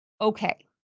okay